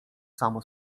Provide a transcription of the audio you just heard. samo